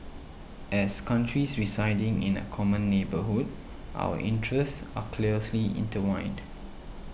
as countries residing in a common neighbourhood our interests are closely intertwined